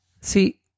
See